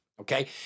Okay